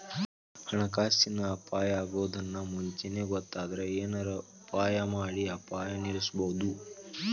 ಹಣಕಾಸಿನ್ ಅಪಾಯಾ ಅಗೊದನ್ನ ಮುಂಚೇನ ಗೊತ್ತಾದ್ರ ಏನರ ಉಪಾಯಮಾಡಿ ಅಪಾಯ ನಿಲ್ಲಸ್ಬೊದು